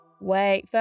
Wait